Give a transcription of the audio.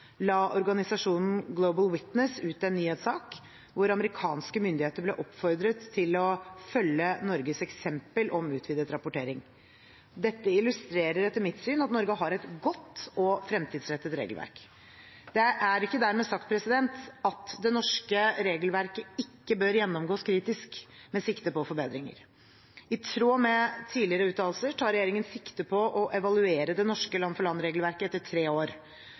la organisasjonen Global Witness ut en nyhetssak hvor amerikanske myndigheter ble oppfordret til å følge Norges eksempel om utvidet rapportering. Dette illustrerer etter mitt syn at Norge har et godt og fremtidsrettet regelverk. Det er ikke dermed sagt at det norske regelverket ikke bør gjennomgås kritisk, med sikte på forbedringer. I tråd med tidligere uttalelser tar regjeringen sikte på å evaluere det norske land-for-land-regelverket etter tre år.